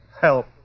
Help